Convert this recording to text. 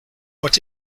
what